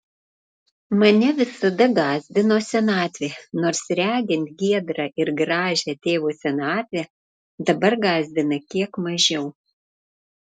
mane visada gąsdino senatvė nors regint giedrą ir gražią tėvo senatvę dabar gąsdina kiek mažiau